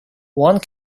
one